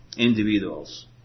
individuals